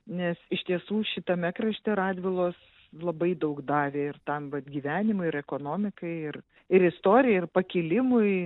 nes iš tiesų šitame krašte radvilos labai daug davė ir tam vat gyvenimui ir ekonomikai ir ir istorijai ir pakilimui